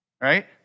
right